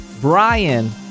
Brian